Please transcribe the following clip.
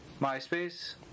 MySpace